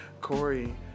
Corey